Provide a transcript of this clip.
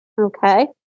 Okay